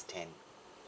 extend